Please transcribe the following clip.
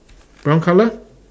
brown colour